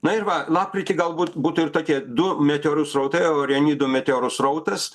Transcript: na ir va lapkritį galbūt būtų ir tokie du meteorų srautai orionidų meteorų srautas